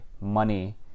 money